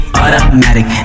automatic